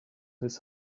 his